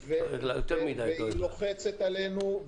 היא לוחצת עלינו.